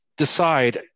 Decide